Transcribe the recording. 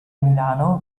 milano